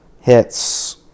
Hits